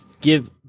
give